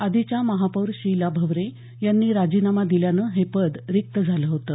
आधीच्या महापौर शिला भवरे यांनी राजीनामा दिल्यानं हे पद रिक्त झालं होतं